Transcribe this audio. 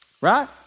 Right